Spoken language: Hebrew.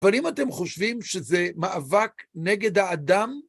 אבל אם אתם חושבים שזה מאבק נגד האדם,